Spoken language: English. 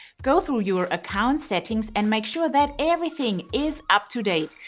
go through your account settings and make sure that everything is up to date.